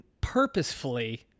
purposefully